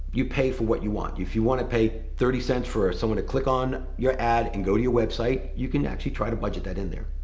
you pay for what you want. if you wanna pay thirty cents for someone to click on your ad and go to your website, you can actually try to budget that in there.